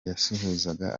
yasuhuzaga